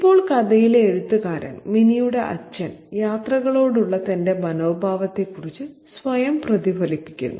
ഇപ്പോൾ കഥയിലെ എഴുത്തുകാരൻ മിനിയുടെ അച്ഛൻ യാത്രകളോടുള്ള തന്റെ മനോഭാവത്തെക്കുറിച്ച് സ്വയം പ്രതിഫലിപ്പിക്കുന്നു